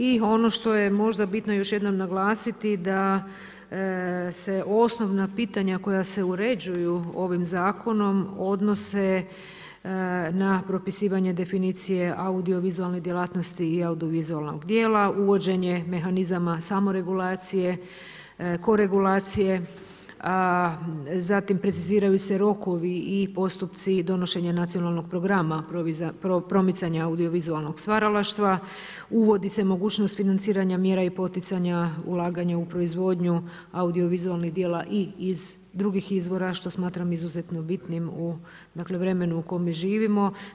I ono što je možda bitno još jednom naglasiti da se osnovna pitanja koja se uređuju ovim zakonom odnose na propisivanje definicije audiovizualne djelatnosti i audiovizualnog djela, uvođenje mehanizama samoregulacije, koregulacije, zatim preciziraju se rokovi i postupci donošenja nacionalnog programa promicanja audiovizualnog stvaralaštva, uvodi se mogućnost financiranja mira i poticanja ulaganja u proizvodnju audio-vizualnih djela i iz drugih izvora što smatram izuzetno bitnim u vremenu u kojem živimo.